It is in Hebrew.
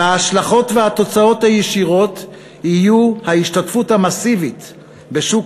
וההשלכות והתוצאות הישירות יהיו ההשתתפות המסיבית בשוק